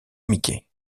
mickey